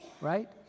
right